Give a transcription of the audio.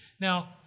Now